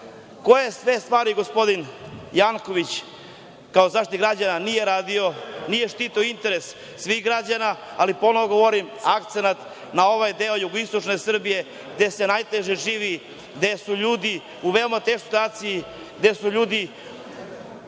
Koje sve stvari gospodin Janković kao Zaštitnik građana nije radio? Nije štitio interes svih građana, ali ponovo govori akcenat na ovaj deo jugoistočne Srbije gde se najteže živi, gde su ljudi u veoma teškoj situaciji, gde ljudi